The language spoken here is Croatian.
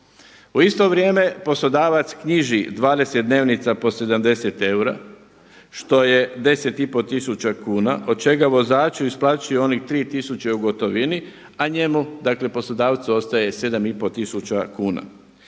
U isto vrijeme poslodavac knjiži 20 dnevnica po 70 eura što je 10 i pol tisuća kuna od čega vozaču isplaćuju onih 3000 u gotovini, a njemu, dakle poslodavcu ostaje 7 i pol tisuća kuna.